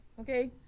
okay